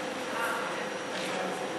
מטעם העובדים),